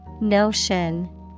Notion